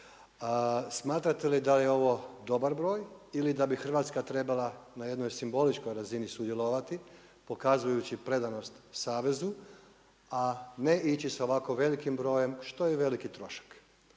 Smatrate li da je ovo dobar broj ili da bi Hrvatska trebala na jednoj simboličkoj razini sudjelovati pokazujući predanost savezu a ne ići sa ovako velikim brojem što je i veliki trošak.